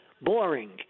boring